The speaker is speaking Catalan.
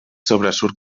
sobresurt